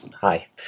Hi